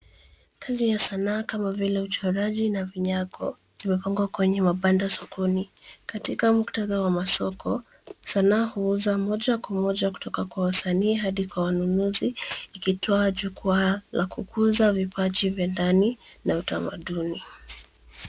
Kazi ya sanaa kama vile uchoraji na vinyago zimepangwa kwenye mabanda sokoni. Katika muktadha wa masoko, sanaa huuza moja kwa moja kutoka kwa wasanii hadi kwa wanunuzi ikitoa jukwaa la kukuza vipaji vya ndani na utamaduni.